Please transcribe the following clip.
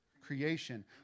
creation